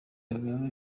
kagame